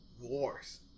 wars